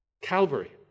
Calvary